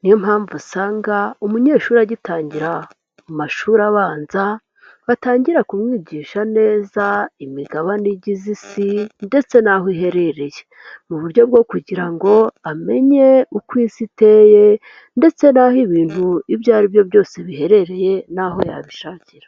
niyo mpamvu usanga umunyeshuri agitangira mu mashuri abanza batangira kumwigisha neza imigabane igize Isi ndetse n'aho iherereye, mu buryo bwo kugira ngo amenye uko isi iteye ndetse n'aho ibintu ibyo aribyo byose biherereye n'aho yabishakira.